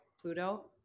Pluto